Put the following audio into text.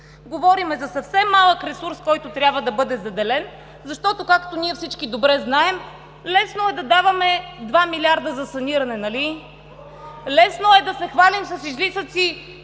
Говорим за съвсем малък ресурс, който трябва да бъде заделен, защото, както всички добре знаем, лесно е да даваме 2 милиарда за саниране, нали? (Шум и реплики.) Лесно е да се хвалим с излишъци